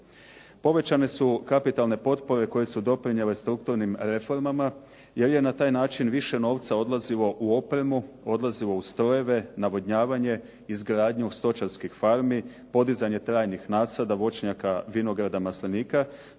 Povećane su kapitalne potpore koje su doprinijele strukturnim reformama jer je na taj način više novca odlazilo u opremu, odlazilo u strojeve, navodnjavanje, izgradnju stočarskih farmi, podizanje trajnih nasada, voćnjaka, vinograda, maslinika,